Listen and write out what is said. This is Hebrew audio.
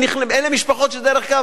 אלה משפחות שבדרך כלל,